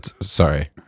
Sorry